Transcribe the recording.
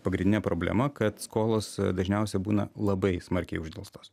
pagrindinė problema kad skolos dažniausiai būna labai smarkiai uždelstos